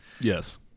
Yes